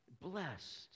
Blessed